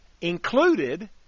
included